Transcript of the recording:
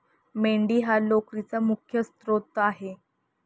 मेंढी हा लोकरीचा मुख्य स्त्रोत आहे